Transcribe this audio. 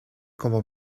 como